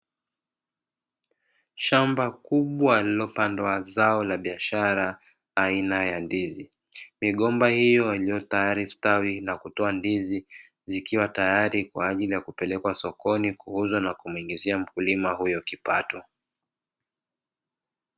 Shamba kubwa lilopandwa zao la biashara aina ya ndizi, migomba hiyo iliyo tayari stawi na kutoa ndizi zikiwa tayari kwa ajili ya kupelekwa sokoni kuuzwa na kumuingizia mkulima huyo kipato.